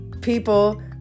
people